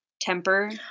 temper